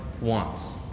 wants